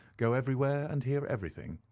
go everywhere and hear everything.